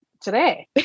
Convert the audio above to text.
today